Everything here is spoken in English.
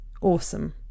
awesome